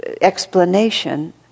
explanation